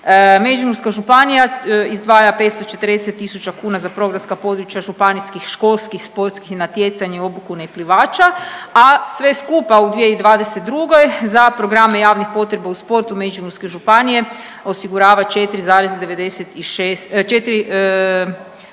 Međimurska županija izdvaja 540.000 kuna za programska područja županijskih školskih sportskih natjecanja i obuku neplivača, a sve skupa u 2022. za programe javnih potreba u sportu Međimurske županije osigurava 4,96,